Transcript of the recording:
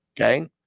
Okay